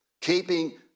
keeping